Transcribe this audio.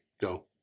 Go